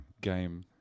game